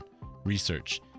research